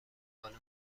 بالن